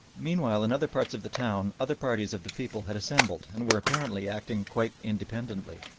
meanwhile in other parts of the town other parties of the people had assembled and were apparently acting quite independently.